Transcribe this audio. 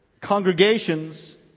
congregations